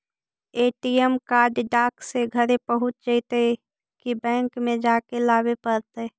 ATM card डाक से घरे पहुँच जईतै कि बैंक में जाके लाबे पड़तै?